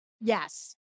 Yes